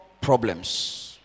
problems